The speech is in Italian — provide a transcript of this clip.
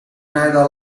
medal